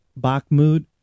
Bakhmut